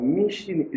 mission